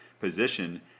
position